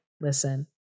listen